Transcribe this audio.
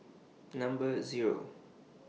Number Zero